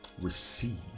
receive